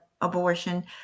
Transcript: abortion